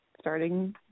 starting